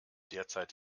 derzeit